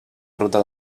ruta